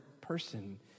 person